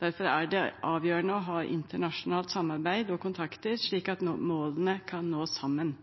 Derfor er det avgjørende å ha internasjonalt samarbeid og kontakter, slik at målene kan nås sammen.